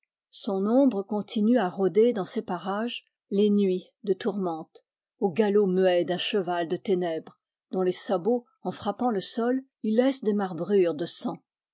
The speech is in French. son ombre continue à rôder dans ces parages les nuits de tourmente au galop muet d'un cheval de ténèbres dont les sabots en frappant le sol y laissent des marbrures de sang